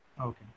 Okay